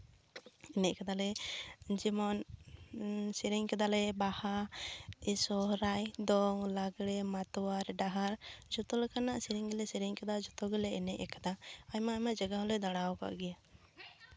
ᱮᱱᱮᱡ ᱟᱠᱟᱫᱟᱞᱮ ᱡᱮᱢᱚᱱ ᱥᱮᱨᱮᱧ ᱟᱠᱟᱫᱟᱞᱮ ᱵᱟᱦᱟ ᱥᱚᱦᱚᱨᱟᱭ ᱫᱚᱝ ᱞᱟᱜᱽᱬᱮ ᱢᱟᱛᱚᱣᱟᱨ ᱰᱟᱦᱟᱨ ᱡᱚᱛᱚ ᱞᱮᱠᱟᱱᱟᱜ ᱥᱮᱨᱮᱧ ᱜᱮᱞᱮ ᱥᱮᱨᱮᱧ ᱟᱠᱟᱫᱟ ᱡᱚᱛᱚ ᱜᱮᱞᱮ ᱮᱱᱮᱡ ᱟᱠᱟᱫᱟ ᱟᱭᱢᱟ ᱟᱭᱢᱟ ᱡᱟᱭᱜᱟ ᱦᱚᱸᱞᱮ ᱫᱟᱲᱟ ᱟᱠᱟᱫ ᱜᱮᱭᱟ